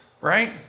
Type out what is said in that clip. right